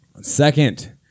Second